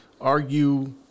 argue